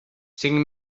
cinc